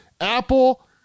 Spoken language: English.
Apple